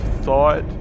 thought